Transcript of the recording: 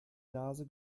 nase